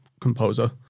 composer